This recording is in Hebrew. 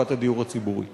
קופת הדיור הציבורי?